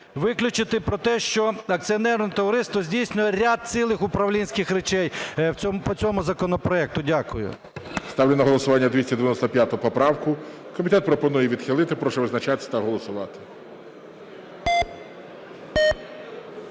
виключити про те, що акціонерне товариство здійснює ряд цілих управлінських речей по цьому законопроекту. Дякую. ГОЛОВУЮЧИЙ. Ставлю на голосування 295 поправку, комітет пропонує відхилити. Прошу визначатись та голосувати.